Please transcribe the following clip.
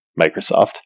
Microsoft